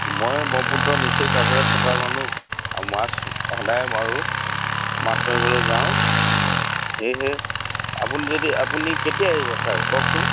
মই ব্ৰহ্মপুত্ৰ নিশ্চয় কাষতে থকা মানুহ আৰু মাছ সদায় মাৰোঁ মাছ মাৰিবলৈ যাওঁ সেয়েহে আপুনি যদি আপুনি কেতিয়া আহিব ছাৰ কওকচোন